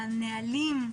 הנהלים,